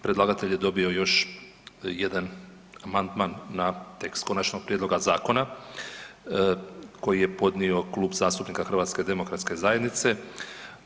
Predlagatelj je dobio još jedan amandman na tekst konačnog prijedloga zakona koji je podnio Klub zastupnika HDZ-a.